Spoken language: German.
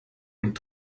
und